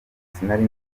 sinari